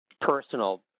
personal